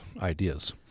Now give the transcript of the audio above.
ideas